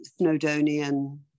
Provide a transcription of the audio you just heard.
Snowdonian